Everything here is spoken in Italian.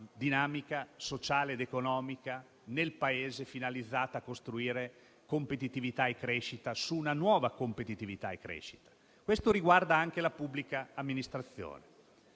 dinamica sociale ed economica nel Paese, finalizzata a costruire competitività e crescita su una nuova concezione di competitività e crescita. Ciò riguarda anche e soprattutto la pubblica amministrazione.